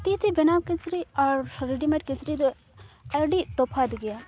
ᱛᱤᱛᱮ ᱵᱮᱱᱟᱣ ᱠᱤᱪᱨᱤᱡᱽ ᱟᱨ ᱨᱮᱰᱤᱢᱮᱰ ᱠᱤᱪᱨᱤᱡᱽᱨᱮ ᱟᱹᱰᱤ ᱛᱚᱯᱷᱟᱛ ᱜᱮᱭᱟ